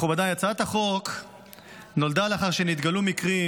מכובדיי, הצעת החוק נולדה לאחר שנתגלו מקרים,